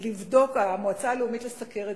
המועצה הלאומית לסוכרת,